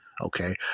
Okay